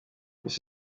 miss